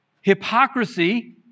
Hypocrisy